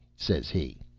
says he.